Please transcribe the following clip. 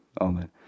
Amen